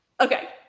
okay